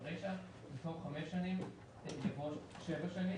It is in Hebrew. ברישה, במקום "חמש שנים" יבוא "שבע שנים".